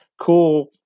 cool